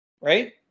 right